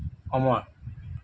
অমৰ